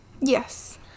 yes